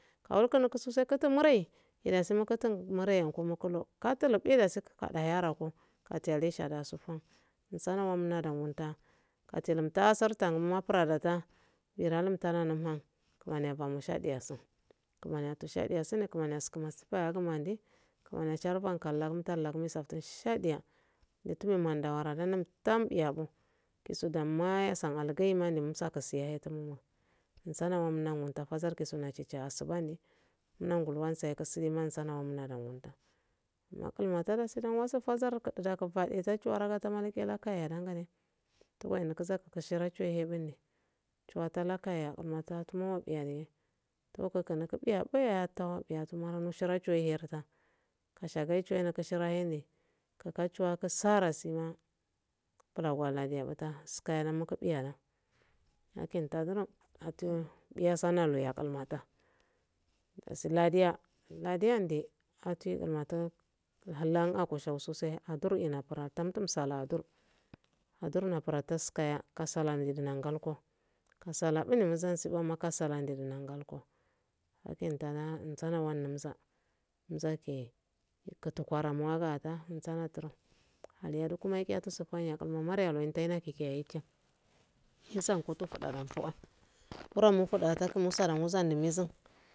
Kawulku nuku sue mure mure yenku mukumo katulu boida siku kada yarako katiyalesha dasuko katuhumtaa sartu hada unna fura dumta kumani abamo shadeyaso kumani ato shadesone kumani asko masi fayagma nde kumani asharban kala gum tallagun musaftun shadiya mutumin manda wara dunnum tamiya jusu damma yasan algaye mnum musakesayagutuma msane muna asubanne silimawana mnadawankunta makulwatada chueata lakaye hamuwata kasha gaiye chuyena chuwee hinne kakachuwa sara sinma skayala mukubiyala lakinta duro latu biyasumlakimata dasi ladiaa laha inde ati kumatu lan akushu suse adur ina fura tsumsaladur adurnafulatoskaya kasaka mima ngalo kasak bunne muzensiwa makasala njina ngalko akintana msana wa humza munzakehe kutukwara magata nsanaturum haliyadakuma yiiya tusum furo mufudao musanne mizen